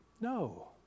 No